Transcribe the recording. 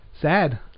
Sad